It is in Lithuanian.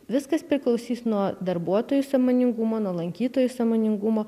viskas priklausys nuo darbuotojų sąmoningumo nuo lankytojų sąmoningumo